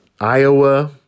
Iowa